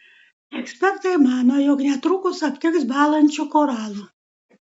ekspertai mano jog netrukus aptiks bąlančių koralų